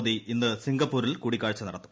മോദി ഇന്ന് സിംഗപ്പൂരിൽ കൂടിക്കാഴ്ച നടത്തും